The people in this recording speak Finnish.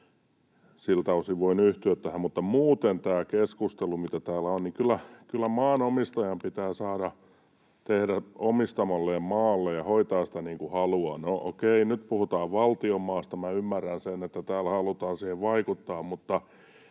siltä osin voin yhtyä tähän. Mutta muuten tästä keskustelusta, mitä täällä on: Kyllä maanomistajan pitää saada tehdä omistamalleen maalle ja hoitaa sitä niin kuin haluaa. No okei, nyt puhutaan valtion maasta, minä ymmärrän sen, että täällä halutaan siihen vaikuttaa, mutta